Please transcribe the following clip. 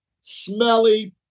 smelly